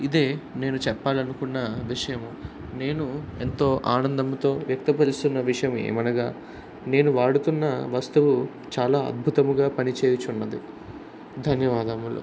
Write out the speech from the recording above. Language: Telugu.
ఇదే నేను చెప్పాలనుకున్న విషయం నేను ఎంతో ఆనందముతో వ్యక్తపరుస్తున్న విషయం ఏమనగా నేను వాడుతున్న వస్తువు చాలా అద్భుతంగా పనిచేయుచున్నది ధన్యవాదములు